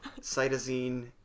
cytosine